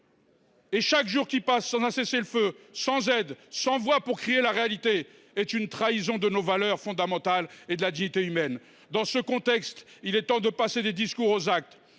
! Chaque jour qui passe sans cessez le feu, sans aide, sans voix pour crier son désarroi face à la réalité est une trahison de nos valeurs fondamentales et de la dignité humaine ! Dans ce contexte, il est temps de passer des discours aux actes.